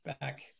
back